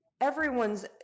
everyone's